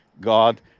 God